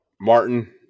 Martin